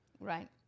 Right